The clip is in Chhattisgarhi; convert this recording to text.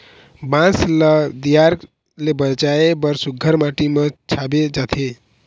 बांस ल दियार ले बचाए बर सुग्घर माटी म छाबे जाथे